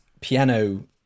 piano